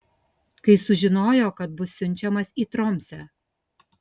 kai sužinojo kad bus siunčiamas į tromsę